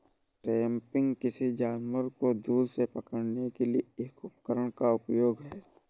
trapping, किसी जानवर को दूर से पकड़ने के लिए एक उपकरण का उपयोग है